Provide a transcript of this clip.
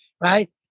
right